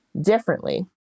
Differently